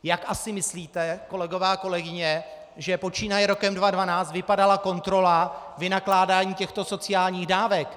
Jak asi myslíte, kolegové a kolegyně, že počínaje rokem 2012 vypadala kontrola vynakládání těchto sociálních dávek?